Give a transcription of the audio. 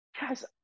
Guys